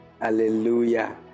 Hallelujah